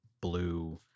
blue